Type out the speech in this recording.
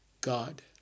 God